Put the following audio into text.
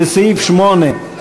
לסעיף 8,